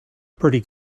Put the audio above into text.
pretty